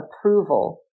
approval